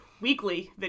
weekly